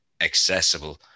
accessible